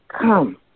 come